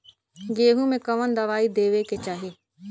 गेहूँ मे कवन दवाई देवे के चाही?